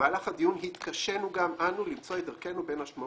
במהלך הדיון התקשינו גם אנו למצוא את דרכנו בין השמות